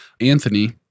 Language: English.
Anthony